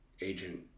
agent